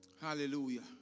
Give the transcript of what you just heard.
Hallelujah